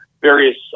Various